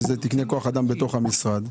שזה תקני כוח אדם בתוך המשרד?